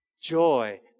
joy